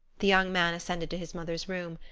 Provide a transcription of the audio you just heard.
the young man ascended to his mother's room.